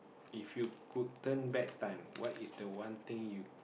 if you could turn back time what is the one thing you